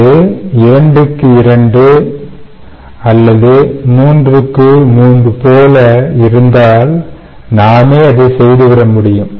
அது 2 x 2 அல்லது 3 x 3 போல இருந்தால் நாமே அதை செய்து விட முடியும்